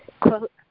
quote